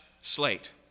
slate